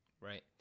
Right